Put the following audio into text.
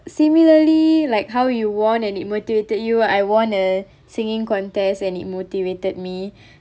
similarly like how you won and it motivated you I won a singing contest and it motivated me